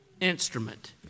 instrument